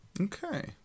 okay